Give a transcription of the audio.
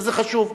וזה חשוב.